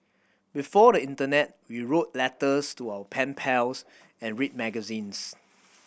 before the internet we wrote letters to our pen pals and read magazines